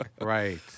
Right